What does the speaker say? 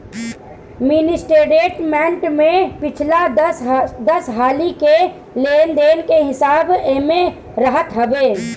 mini statement में पिछला दस हाली के लेन देन के हिसाब एमे रहत हवे